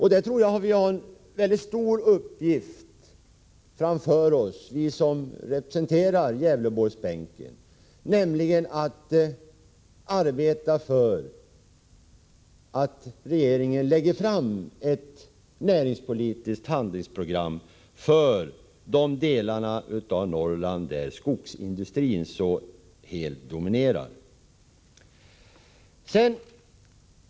Här har vi som representerar Gävleborgs län en mycket stor uppgift framför oss, nämligen att arbeta för att regeringen lägger fram ett näringspolitiskt handlingsprogram för de delar av Norrland där skogsindustrin helt dominerar.